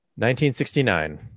1969